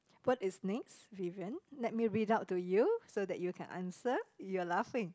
what is next Vivian let me read out to you so that you can answer you are laughing